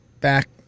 back